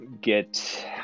get